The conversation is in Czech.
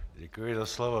Děkuji za slovo.